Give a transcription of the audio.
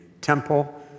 temple